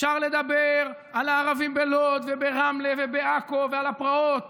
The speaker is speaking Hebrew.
אפשר לדבר על הערבים בלוד וברמלה ובעכו ועל הפרעות